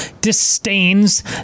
disdains